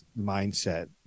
mindset